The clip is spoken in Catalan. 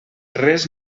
res